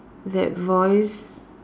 that voice